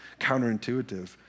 counterintuitive